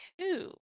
two